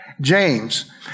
James